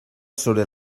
sobre